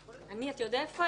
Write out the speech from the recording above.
איפה הייתי?